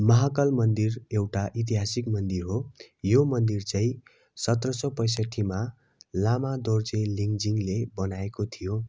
महाकाल मन्दिर एउटा ऐतिहासिक मन्दिर हो यो मन्दिर चाहिँ सत्र सौ पैँसट्ठीमा लामा दोर्जी लिङ्जिङले बनाएको थियो